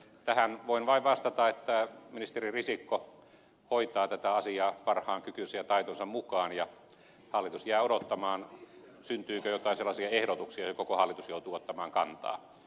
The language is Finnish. tähän voin vain vastata että ministeri risikko hoitaa tätä asiaa parhaan kykynsä ja taitonsa mukaan ja hallitus jää odottamaan syntyykö joitain sellaisia ehdotuksia johon koko hallitus joutuu ottamaan kantaa